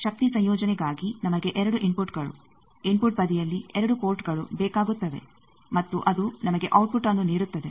ಶಕ್ತಿ ಸಂಯೋಜನೆಗಾಗಿ ನಮಗೆ 2 ಇನ್ಫುಟ್ ಗಳು ಇನ್ಫುಟ್ ಬದಿಯಲ್ಲಿ 2 ಪೋರ್ಟ್ಗಳು ಬೇಕಾಗುತ್ತವೆ ಮತ್ತು ಅದು ನಮಗೆ ಔಟ್ಪುಟ್ನ್ನು ನೀಡುತ್ತದೆ